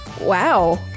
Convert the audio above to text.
wow